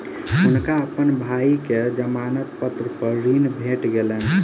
हुनका अपन भाई के जमानत पत्र पर ऋण भेट गेलैन